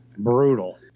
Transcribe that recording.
Brutal